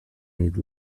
need